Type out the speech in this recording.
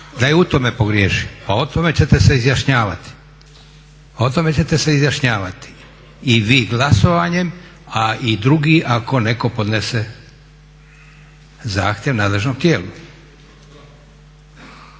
da je u tome pogriješio. Pa o tome ćete se izjašnjavati. O tome ćete se izjašnjavati. I vi glasovanjem a i drugi ako netko podnese zahtjev nadležnom tijelu.